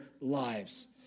lives